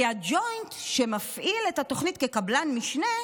כי הג'וינט, שמפעיל את התוכנית כקבלן משנה,